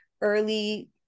early